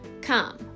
Come